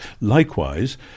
likewise